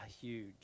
huge